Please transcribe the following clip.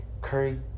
curry